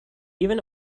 even